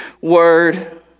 word